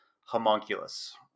homunculus